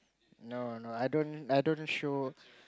no no I don't I don't show